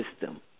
system